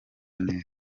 neza